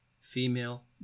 female